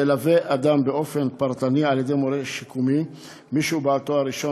ילווה אדם באופן פרטני על ידי מורה שיקומי שהוא בעל תואר ראשון